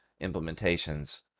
implementations